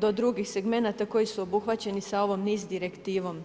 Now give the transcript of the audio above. do drugih segmenata koji su obuhvaćeni sa ovom niz direktivom.